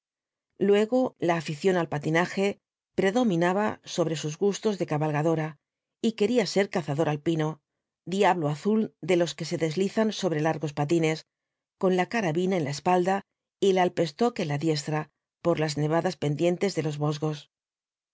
luego la afición al patinaje predominaba sobre sus gustos de cabalgadora y quería ser cazador alpino diablo azul de los que se deslizan sobre largos patines con la carabina en la spalda y el alpestok en la diestra por las nevadas pendientes de los vosgos